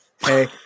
Hey